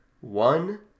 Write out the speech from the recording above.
One